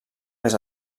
més